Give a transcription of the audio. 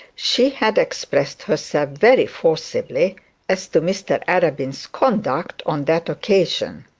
she had expressed herself very forcibly as to mr arabin's conduct on that occasion.